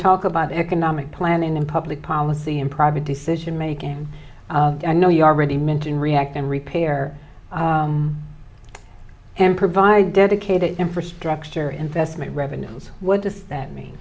talk about economic planning and public policy and private decision making i know you already mention react and repair and provide dedicated infrastructure investment revenue what does that mean